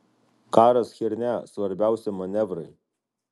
karas chiernia svarbiausia manevrai